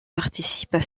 participent